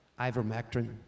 Ivermectin